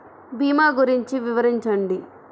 భీమా గురించి వివరించండి?